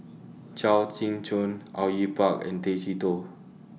Chao Tzee Cheng Au Yue Pak and Tay Chee Toh